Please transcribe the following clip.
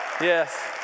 Yes